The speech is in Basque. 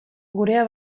gurea